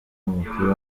w’umupira